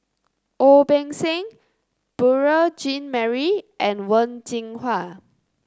Ong Beng Seng Beurel Jean Marie and Wen Jinhua